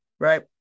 Right